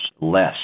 less